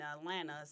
Atlanta